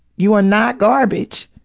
you are not garbage!